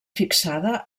fixada